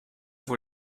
vor